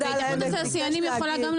ביקש להשיב.